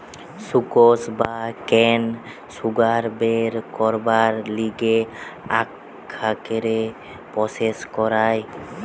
sucrose বা cane sugar বের করবার লিগে আখকে প্রসেস করায়